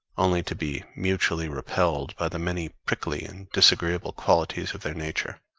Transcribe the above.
only to be mutually repelled by the many prickly and disagreeable qualities of their nature.